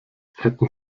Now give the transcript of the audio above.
hätten